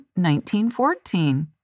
1914